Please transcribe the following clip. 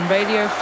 Radio